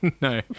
No